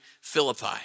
philippi